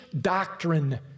doctrine